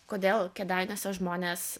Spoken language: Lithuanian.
kodėl kėdainiuose žmonės